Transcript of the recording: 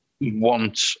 want